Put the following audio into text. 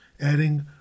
adding